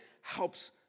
helps